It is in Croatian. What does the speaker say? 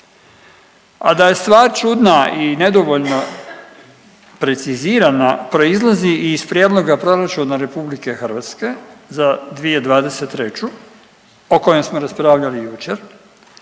A da je stvar čudna i nedovoljno precizirana proizlazi i iz Prijedloga proračuna Republike Hrvatske za 2023. o kojem smo raspravljali jučer